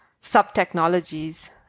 sub-technologies